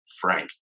Frank